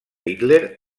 hitler